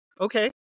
Okay